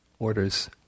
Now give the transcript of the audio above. orders